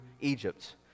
Egypt